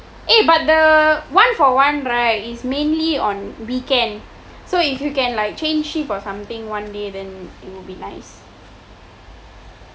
eh but the one for one right is mainly on weekends so if you can like change shift or something one day then would be nice